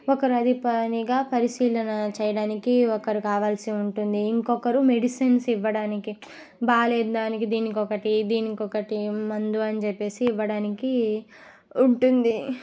ఒకరు అదేపనిగా పరిశీలన చేయడానికి ఒకరు కావాల్సి ఉంటుంది ఇంకొకరు మెడిసిన్స్ ఇవ్వడానికి బాగాలేని దానికి దీనికి ఒకటి దీనికికొకటి మందు అని చెప్పేసి ఇవ్వడానికి ఉంటుంది